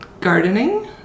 gardening